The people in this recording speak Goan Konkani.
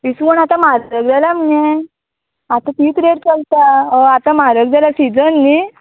इसवण आतां म्हारग जालां मगे आतां तीच रेट चलता हय आतां म्हारग जाला सिजन न्ही